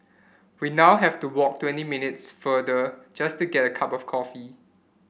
we now have to walk twenty minutes farther just to get a cup of coffee